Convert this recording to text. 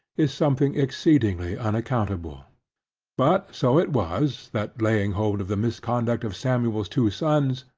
is something exceedingly unaccountable but so it was, that laying hold of the misconduct of samuel's two sons,